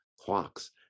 clocks